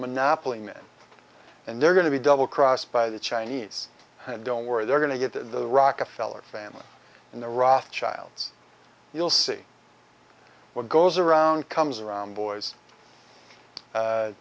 monopoly men and they're going to be double crossed by the chinese and don't worry they're going to get the rockefeller family in the rough child's you'll see what goes around comes around boys a